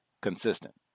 consistent